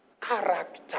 character